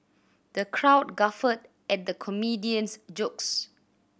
the crowd guffawed at the comedian's jokes